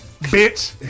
bitch